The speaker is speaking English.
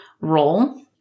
role